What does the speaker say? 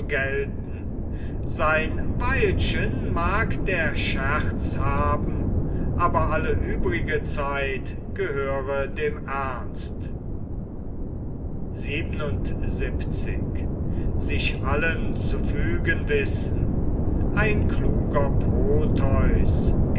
gelten sein weilchen mag der scherz haben aber alle übrige zeit gehöre dem ernst ein kluger proteus